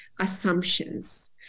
assumptions